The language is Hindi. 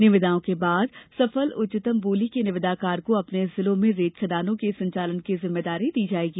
निविदाओं के बाद सफल उच्चतम बोली के निविदाकार को अपने जिले में रेत खदानों के संचालन की जिम्मेदारी दी जायेगी